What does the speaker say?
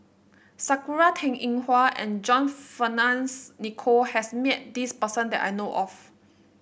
Sakura Teng Ying Hua and John Fearns Nicoll has met this person that I know of